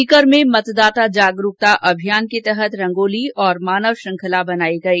सीकर में मतदाता जागरूकता अभियान के तहत रंगोली और मानव श्रंखला बनाई गई